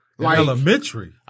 Elementary